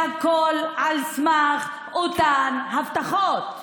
והכול על סמך אותן הבטחות?